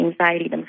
anxiety